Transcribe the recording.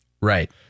Right